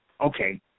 Okay